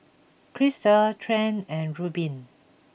Krystle Trent and Reubin